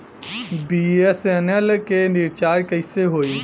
BSNL के recharge कैसे होयी?